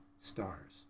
stars